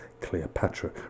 Cleopatra